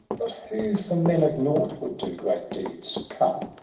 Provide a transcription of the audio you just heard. but who for men of nought would do great deeds? come,